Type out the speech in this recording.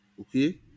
Okay